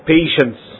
Patience